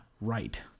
right